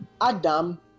Adam